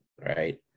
right